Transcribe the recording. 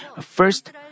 First